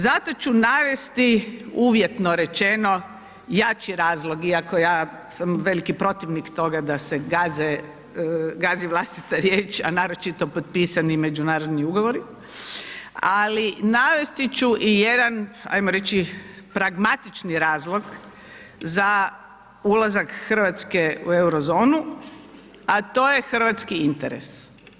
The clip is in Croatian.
Zato ću navesti uvjetno rečeno jači razlog iako ja sam veliki protivnik toga da se gaze, gazi vlastita riječ, a naročito potpisani međunarodni ugovori, ali navesti ću i jedan ajmo reći pragmatični razlog za ulazak RH u Eurozonu, a to je hrvatski interes.